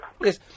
Yes